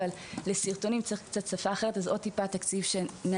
אבל בסרטונים צריך שפה אחרת ולכן צריך עוד מעט תקציב להתאים.